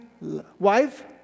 wife